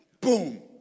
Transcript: boom